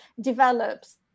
develops